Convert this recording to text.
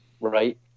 Right